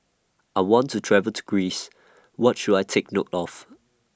I want to travel to Greece What should I Take note of